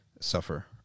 suffer